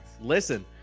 Listen